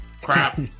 crap